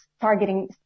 targeting